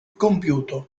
compiuto